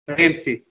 तीच फी